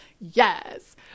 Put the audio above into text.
Yes